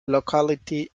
locality